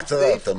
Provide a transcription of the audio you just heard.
בקצרה, תמי.